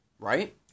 Right